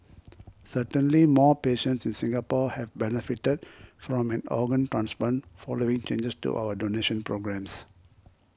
certainly more patients in Singapore have benefited from an organ transplant following changes to our donation programmes